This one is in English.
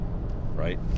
Right